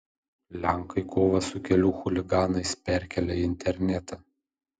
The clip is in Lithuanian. lenkai kovą su kelių chuliganais perkelia į internetą